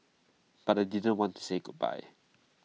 but I didn't want to say goodbye